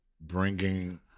bringing